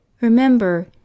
Remember